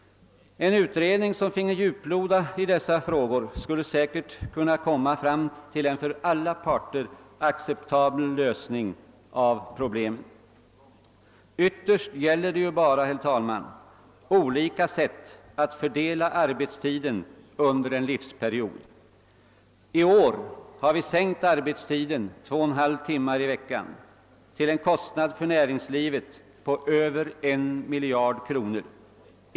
En utredning som finge djuploda dessa frågor skulle säkert kunna finna en för alla parter acceptabel lösning av problemet. Ytterst gäller det bara, herr talman, olika sätt att fördela arbetstiden under en livsperiod. I år har vi sänkt arbetstiden med två och en halv timmar i veckan till en kostnad för näringslivet på över 1 miljard kronor.